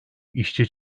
işçi